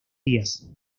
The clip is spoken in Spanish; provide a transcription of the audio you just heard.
días